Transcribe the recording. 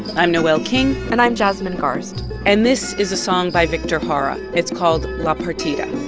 i'm noel king and i'm jasmine garsd and this is a song by victor jara. it's called la partida